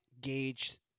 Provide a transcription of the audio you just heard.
gauge